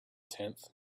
tenth